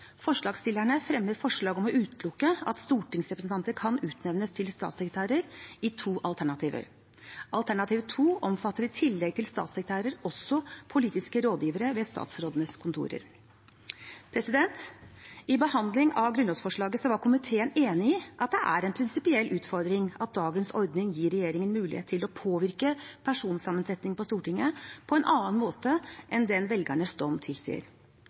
Forslagsstillerne fremmer forslag om å utelukke at stortingsrepresentanter kan utnevnes til statssekretærer, i to alternativer. Alternativ 2 omfatter i tillegg til statssekretærer også politiske rådgivere ved statsrådets kontorer. Under behandlingen av grunnlovsforslaget var komiteen enig i at det er en prinsipiell utfordring at dagens ordning gir regjeringen mulighet til å påvirke personsammensetningen på Stortinget på en annen måte enn den velgernes dom tilsier.